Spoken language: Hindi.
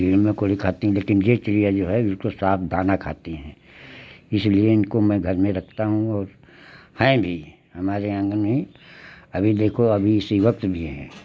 कीड़े मकोड़े खाती लेकिन यह चिड़िया जो है बिल्कुल साफ दाना खाती हैं इसलिए इनको मैं घर में रखता हूँ और हैं भी हमारे आँगन में अभी देखो अभी इसी वक्त भी हैं